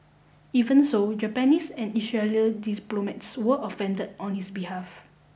even so Japanese and Israeli diplomats were offended on his behalf